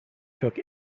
took